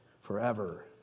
forever